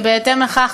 ובהתאם לכך,